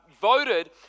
voted